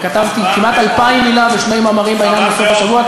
וכתבתי כמעט 2,000 מילה בשני מאמרים בעניין הזה בשבוע,